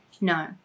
No